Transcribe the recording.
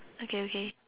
okay okay